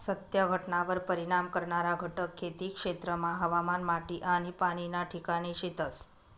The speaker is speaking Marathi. सत्य घटनावर परिणाम करणारा घटक खेती क्षेत्रमा हवामान, माटी आनी पाणी ना ठिकाणे शेतस